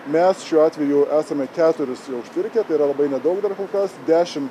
mes šiuo atveju esame keturis jau užpirkę tai yra labai nedaug dar kol kas dešim